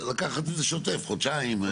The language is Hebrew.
לקחת את זה שוטף חודשיים,